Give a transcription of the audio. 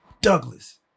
Douglas